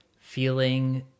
feeling